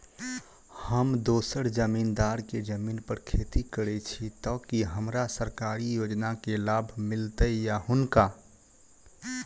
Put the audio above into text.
हम दोसर जमींदार केँ जमीन पर खेती करै छी तऽ की हमरा सरकारी योजना केँ लाभ मीलतय या हुनका?